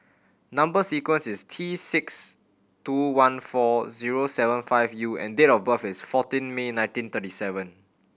number sequence is T six two one four zero seven five U and date of birth is fourteen May nineteen thirty seven